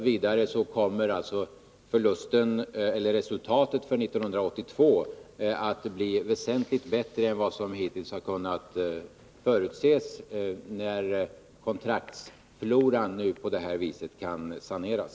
Vidare kommer resultatet för 1982 att bli väsentligt bättre än vad som hittills har kunnat förutses, när kontraktsfloran på det här viset nu kan saneras.